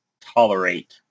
tolerate